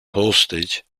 postage